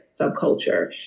subculture